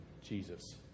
Jesus